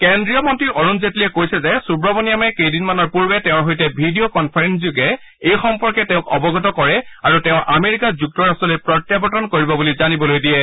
কেন্দ্ৰীয় মন্ত্ৰী অৰুণ জেট্লীয়ে কৈছে যে শ্ৰীসুৱমণিয়ামে কেইদিনমানৰ পূৰ্বে তেওঁৰ সৈতে ভি ডি অ' কন্ফাৰেসিংযোগে এই সম্পৰ্কে অৱগত কৰে আৰু তেওঁ আমেৰিকা যুক্তৰাট্টলৈ প্ৰত্যাবৰ্তন কৰিব বুলি জানিবলৈ দিয়ে